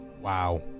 Wow